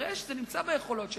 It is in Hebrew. הרי זה נמצא ביכולות שלנו.